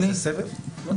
אני